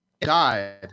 Died